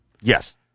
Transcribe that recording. Yes